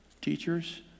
teachers